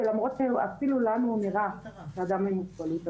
ולמרות שלנו נראה שאדם עם מוגבלות,